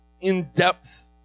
in-depth